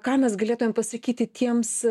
ką mes galėtumėm pasakyti tiems